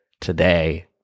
today